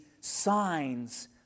signs